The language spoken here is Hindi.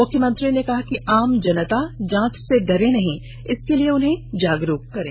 मुख्यमंत्री ने कहा कि आम जनता जांच से डरे नहीं इसके लिए उन्हें जागरूक करें